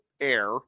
air